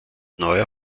neuer